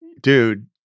dude